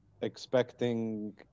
expecting